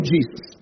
Jesus